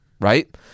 right